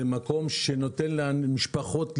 הוא מקום שנותן למשפחות להתרסק.